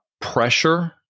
pressure